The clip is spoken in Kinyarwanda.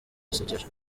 dusekeje